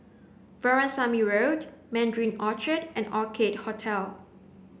Veerasamy Road Mandarin Orchard and Orchid Hotel